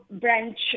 branch